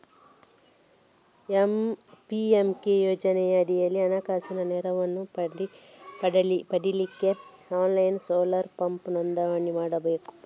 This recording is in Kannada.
ಪಿ.ಎಂ.ಕೆ ಯೋಜನೆಯ ಅಡಿಯಲ್ಲಿ ಹಣಕಾಸಿನ ನೆರವನ್ನ ಪಡೀಲಿಕ್ಕೆ ಆನ್ಲೈನ್ ಸೋಲಾರ್ ಪಂಪ್ ನೋಂದಣಿ ಮಾಡ್ಬೇಕು